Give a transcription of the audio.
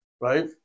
right